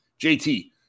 JT